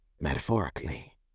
metaphorically